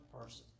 person